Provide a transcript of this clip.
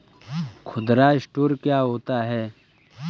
खुदरा स्टोर क्या होता है?